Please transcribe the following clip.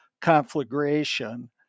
conflagration